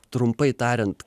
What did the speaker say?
trumpai tariant